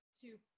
two